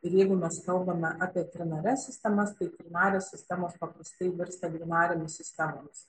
ir jeigu mes kalbame apie trinares sistemas tai trinarės sistemos paprastai virsta dvinarėmis sistemomis